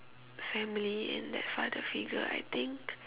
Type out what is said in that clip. family and that father figure I think